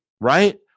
Right